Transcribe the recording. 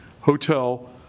hotel